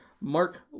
Mark